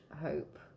hope